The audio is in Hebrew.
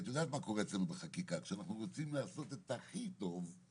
את יודעת מה קורה אצלנו בחקיקה: כשאנחנו רוצים לעשות את הכי טוב,